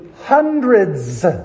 hundreds